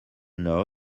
know